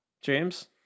James